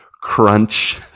crunch